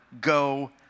go